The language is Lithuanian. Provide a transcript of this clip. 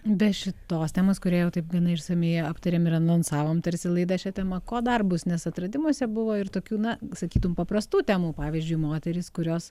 be šitos temos kurią jau taip gana išsamiai aptarėm ir anonsavom tarsi laida šia tema ko dar bus nes atradimuose buvo ir tokių na sakytum paprastų temų pavyzdžiui moterys kurios